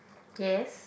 yes